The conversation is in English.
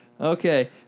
Okay